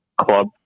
club